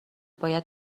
باید